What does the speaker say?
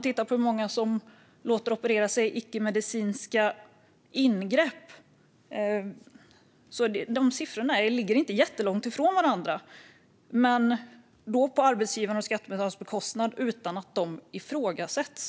det gäller de som gjort icke-medicinska ingrepp ligger inte jättelångt därifrån, men då får man sjukpenning på arbetsgivarens och skattebetalarnas kostnad utan att man ifrågasätts.